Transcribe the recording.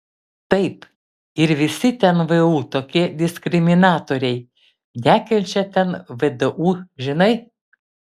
taip ir visi ten vu tokie diskriminatoriai nekenčia ten vdu žinai